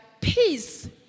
peace